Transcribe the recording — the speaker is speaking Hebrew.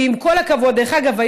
דרך אגב,